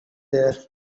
there